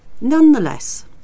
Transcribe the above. Nonetheless